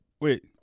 Wait